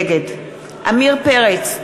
נגד עמיר פרץ,